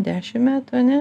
dešim metų ane